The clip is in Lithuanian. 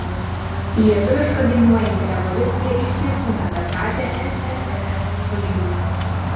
lietuviška dainuojanti revoliucija iš tiesų davė pradžią ssrs žlugimui